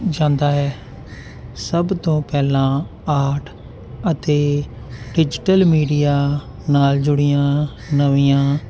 ਜਾਂਦਾ ਹੈ ਸਭ ਤੋਂ ਪਹਿਲਾਂ ਆਰਟ ਅਤੇ ਡਿਜੀਟਲ ਮੀਡੀਆ ਨਾਲ ਜੁੜੀਆਂ ਨਵੀਆਂ